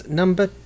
number